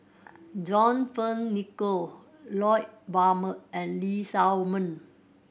John Fearns Nicoll Lloyd Valberg and Lee Shao Meng